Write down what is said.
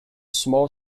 small